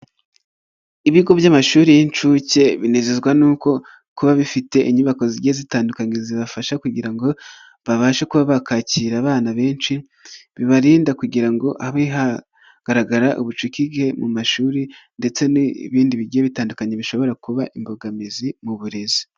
Ibigo by'amashuri y'incuke binezezwa n'uko kuba bifite inyubako zigiye zitandukanye zibafasha kugira ngo babashe kuba bakakira abana benshi. Bibarinda kugira ngo habe hagaragara ubucucike mu mashuri ndetse n'ibindi bigiye bitandukanye bishobora kuba imbogamizi mu burezi.